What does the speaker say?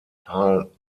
tal